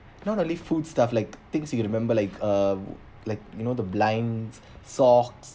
not only food stuff like things you remember like uh like you know the blinds socks